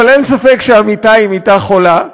אבל אין ספק שהמיטה היא מיטה חולה,